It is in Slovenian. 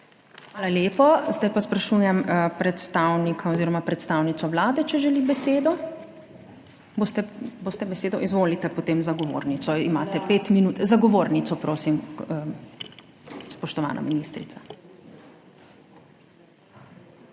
Hvala lepa. Zdaj pa sprašujem predstavnika oziroma predstavnico Vlade, če želi besedo. Boste besedo? Izvolite, potem za govornico, imate 5 minut. Za govornico, prosim, spoštovana ministrica.